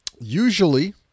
Usually